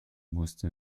musste